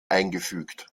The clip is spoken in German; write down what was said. eingefügt